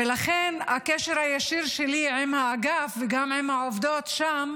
לכן הקשר הישיר שלי עם האגף וגם עם העובדות שם.